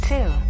Two